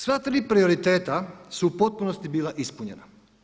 Sva tri prioriteta su u potpunosti bila ispunjena.